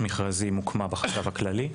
ועדת מכרזים הוקמה בחשב הכללי,